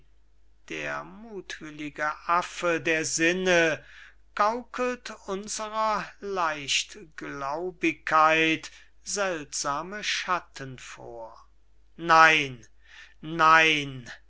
der muthwillige affe der sinne gaukelt unserer leichtgläubigkeit seltsame schatten vor nein nein